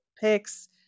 picks